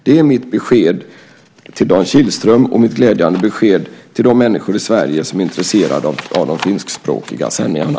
Det är mitt besked till Dan Kihlström och mitt glädjande besked till de människor i Sverige som är intresserade av de finskspråkiga sändningarna.